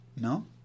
No